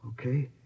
Okay